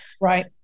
Right